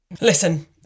Listen